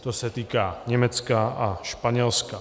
To se týká Německa a Španělska.